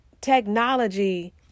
technology